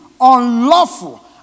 unlawful